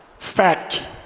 Fact